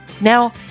Now